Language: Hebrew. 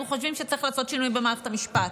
אנחנו חושבים שצריך לעשות שינויים במערכת המשפט.